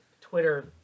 Twitter